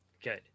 Good